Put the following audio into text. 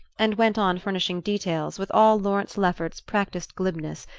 and went on furnishing details with all lawrence lefferts's practised glibness,